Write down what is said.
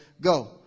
go